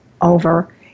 over